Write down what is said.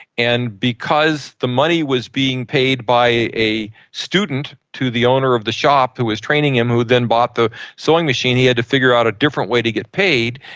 and because the money was being paid by a student to the owner of the shop who was training him who then bought the sewing machine, he had to figure out a different way to get paid,